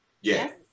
Yes